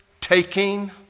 taking